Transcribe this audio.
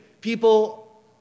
people